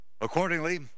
Accordingly